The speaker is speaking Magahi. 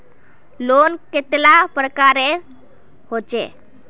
लोन कतेला प्रकारेर होचे?